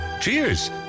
cheers